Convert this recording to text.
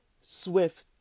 swift